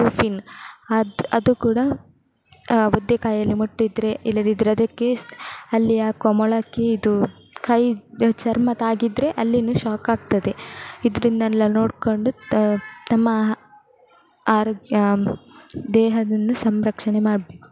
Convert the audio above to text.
to ಫಿನ್ ಅದು ಅದು ಕೂಡ ಒದ್ದೆ ಕೈಯ್ಯಲ್ಲಿ ಮುಟ್ಟಿದ್ದರೆ ಇಲ್ಲದಿದ್ದರೆ ಅದಕ್ಕೆ ಅಲ್ಲಿ ಹಾಕುವ ಮೊಳಕ್ಕೆ ಇದು ಕೈ ಚರ್ಮ ತಾಗಿದರೆ ಅಲ್ಲಿಯೂ ಶಾಕ್ ಆಗ್ತದೆ ಇದ್ರಿಂದ್ನೆಲ್ಲ ನೋಡಿಕೊಂಡು ತಮ್ಮ ಆರೋಗ್ಯ ದೇಹವನ್ನು ಸಂರಕ್ಷಣೆ ಮಾಡಬೇಕು